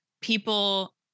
people